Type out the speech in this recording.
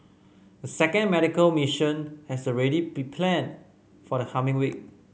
a second medical mission has already been planned for the coming week